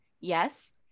Yes